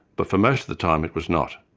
but for most of the time it was not.